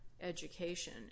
education